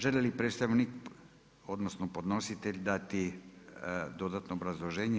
Želi li predstavnik, odnosno podnositelj dati dodatno obrazloženje?